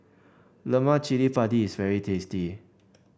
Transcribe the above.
Lemak Cili Padi is very tasty